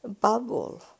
bubble